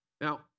Now